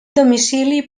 domicili